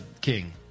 King